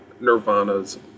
Nirvana's